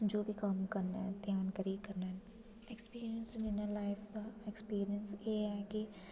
जो बी कम्म करना ध्यान लाइयै करना एक्सपिरयंस लैना लाईफ दा एक्सपिरयंस एह् ऐ कि